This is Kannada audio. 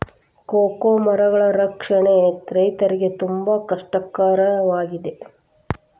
ಕೋಕೋ ಮರಗಳ ಸಂರಕ್ಷಣೆ ರೈತರಿಗೆ ತುಂಬಾ ಕಷ್ಟ ಕರವಾಗಿದೆ